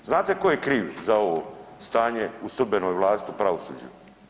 Znate tko je kriv za ovo stanje u sudbenoj vlasti u pravosuđu?